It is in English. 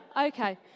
Okay